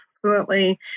fluently